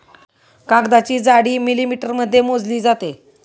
कागदाची जाडी मिलिमीटरमध्ये मोजली जाते